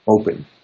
open